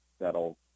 that'll